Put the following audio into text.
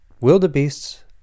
Wildebeests